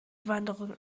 wanderung